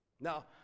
Now